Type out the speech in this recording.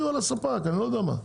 אני לא יודע מה,